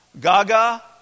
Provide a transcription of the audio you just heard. Gaga